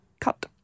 cut